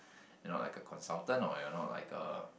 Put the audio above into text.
you're not like a consultant or you're not like a